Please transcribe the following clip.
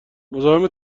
مزاحم